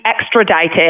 extradited